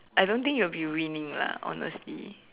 I don't think you'll be winning lah honestly